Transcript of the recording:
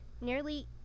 nearly